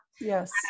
Yes